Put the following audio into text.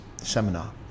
seminar